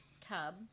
tub